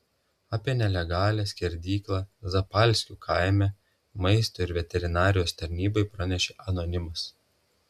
apie nelegalią skerdyklą zapalskių kaime maisto ir veterinarijos tarnybai pranešė anonimas